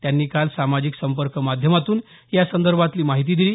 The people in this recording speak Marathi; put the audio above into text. त्यांनी काल सामाजिक संपर्क माध्यमातून या संदर्भातली माहिती दिली